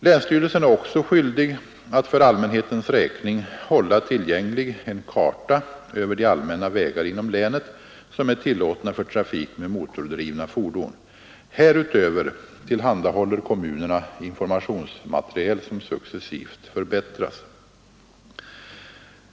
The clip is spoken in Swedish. Länsstyrelsen är också skyldig att för allmänhetens räkning hålla tillgänglig en karta över de allmänna vägar inom länet som är tillåtna för trafik med motordrivna fordon. Härutöver tillhandahåller kommunerna informationsmaterial, som successivt förbättras.